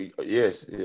Yes